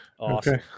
okay